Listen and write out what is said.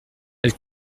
elle